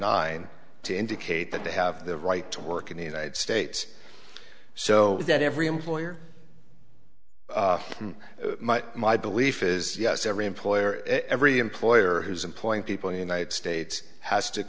nine to indicate that they have the right to work in the united states so that every employer my belief is yes every employer every employer who's employing people in united states has to